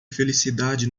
felicidade